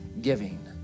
giving